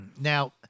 Now